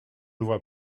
vois